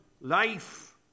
life